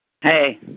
Hey